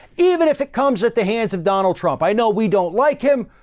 even if it comes at the hands of donald trump. i know we don't like him,